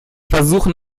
versuchen